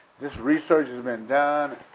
this research has been done